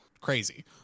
crazy